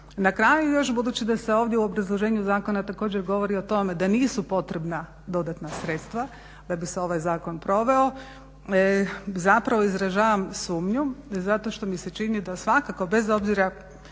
Na kraju još budući da se ovdje u obrazloženju zakona također govori o tome da nisu potrebna dodatna sredstva da bi se ovaj zakon proveo zapravo izražavam sumnju zato što mi se čini da svakako bez obzira